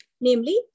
namely